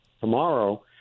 tomorrow